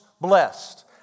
blessed